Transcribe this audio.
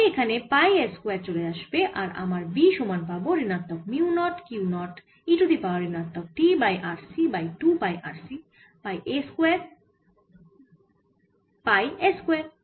তাই এখানে pi S square চলে আসবে আর আমার B সমান পাবো ঋণাত্মক mu naught Q 0 e to the power ঋণাত্মক t by RC by 2 pi RC pi a square pi s square